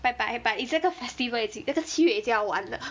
拜拜拜拜 is 那个 festival is it 那个七月已经要完了